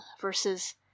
versus